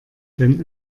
denn